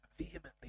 vehemently